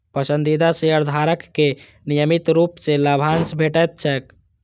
पसंदीदा शेयरधारक कें नियमित रूप सं लाभांश भेटैत छैक